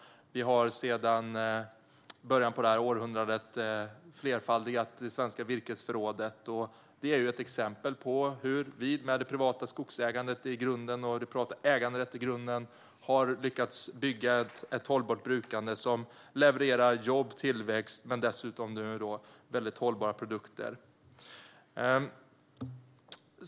Vi har sedan början av detta århundrade flerfaldigat det svenska virkesförrådet. Vi är ett exempel - med det privata skogsägandet och äganderätten i grunden har vi lyckats bygga ett hållbart brukande som levererar jobb, tillväxt och nu dessutom väldigt hållbara produkter.